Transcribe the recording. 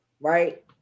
right